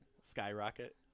Skyrocket